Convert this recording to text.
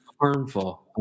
harmful